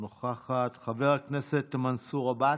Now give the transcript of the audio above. אינה נוכחת, חבר הכנסת מנסור עבאס,